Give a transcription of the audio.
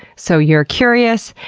so, you're curious,